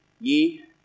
ye